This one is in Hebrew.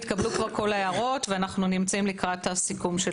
התקבלו כבר כל ההערות ואנחנו נמצאים לקראת הסיכום.